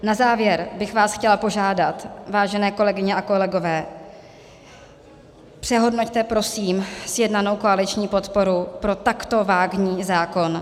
Na závěr bych vás chtěla požádat, vážené kolegyně a kolegové, přehodnoťte prosím sjednanou koaliční podporu pro takto vágní zákon.